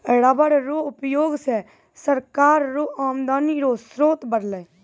rubber रो उयोग से सरकार रो आमदनी रो स्रोत बरलै